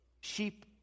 Sheep